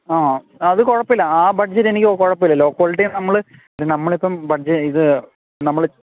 ആണോ അത് കുഴപ്പം ഇല്ല ആ ബഡ്ജറ്റ് എനിക്ക് കുഴപ്പം ഇല്ല ലോ ക്വാളിറ്റിയും നമ്മൾ നമ്മൾ ഇപ്പം ഇത് നമ്മൾ